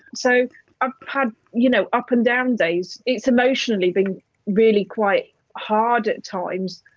so i've had you know up and down days. it's emotionally been really quite hard at times,